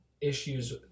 issues